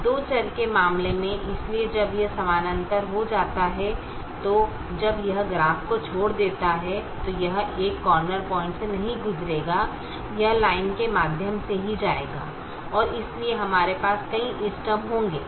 तो दो चर के मामले में इसलिए जब यह समानांतर हो जाता है तो जब यह ग्राफ को छोड़ देता है तो यह एक कॉर्नर पॉइंट से नहीं गुजरेगा यह लाइन के माध्यम से ही जाएगा और इसलिए हमारे पास कई इष्टतम होंगे